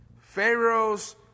Pharaoh's